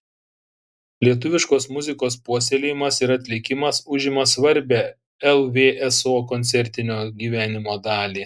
lietuviškos muzikos puoselėjimas ir atlikimas užima svarbią lvso koncertinio gyvenimo dalį